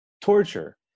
torture